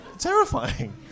terrifying